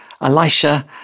Elisha